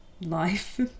life